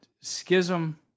schism